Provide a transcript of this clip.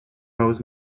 knows